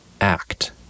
act